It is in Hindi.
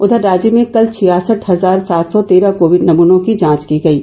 उधर राज्य में कल छियासठ हजार सात सौ तेरह कोविड नमूनों की जांच की गयी